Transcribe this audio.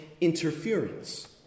interference